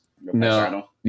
No